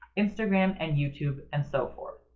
instagram, and youtube and so forth.